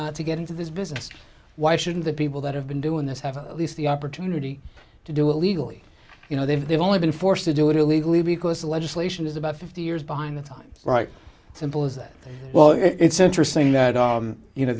not to get into this business why shouldn't the people that have been doing this have at least the opportunity to do it legally you know they've they've only been forced to do it illegally because the legislation is about fifty years behind the times right simple as that well it's interesting that you know